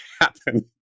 happen